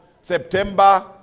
September